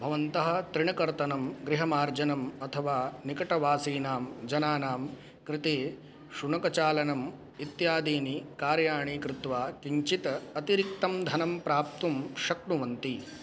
भवन्तः त्रिणकर्तनं गृहमार्जनम् अथवा निकटवासीनां जनानां कृते शुनकचालनम् इत्यादीनि कार्याणि कृत्वा किञ्चित् अतिरिक्तं धनं प्राप्तुं शक्नुवन्ति